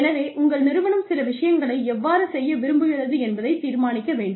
எனவே உங்கள் நிறுவனம் சில விஷயங்களை எவ்வாறு செய்ய விரும்புகிறது என்பதைத் தீர்மானிக்க வேண்டும்